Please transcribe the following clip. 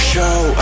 Show